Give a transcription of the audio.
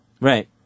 Right